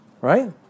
right